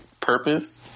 Purpose